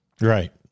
Right